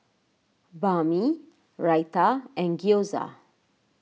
Banh Mi Raita and Gyoza